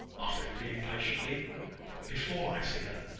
asked enderby, impatiently. but before i see her,